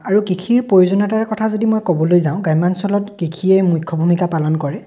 আৰু কৃষিৰ প্ৰয়োজনীয়তাৰ কথা যদি মই ক'বলৈ যাওঁ গ্ৰাম্যাঞ্চলত কৃষিয়েই মুখ্য ভূমিকা পালন কৰে